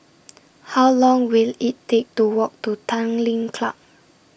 How Long Will IT Take to Walk to Tanglin Club